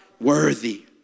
worthy